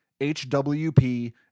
HWP